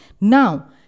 Now